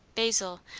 basil,